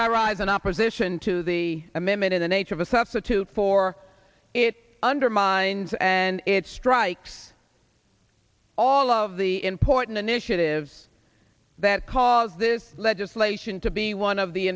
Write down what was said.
i rise in opposition to the amendment in the nature of a substitute for it under mind and it strikes all of the important initiatives that cause this legislation to be one of the